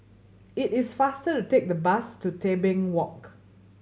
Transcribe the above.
it is faster to take the bus to Tebing Walk